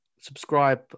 subscribe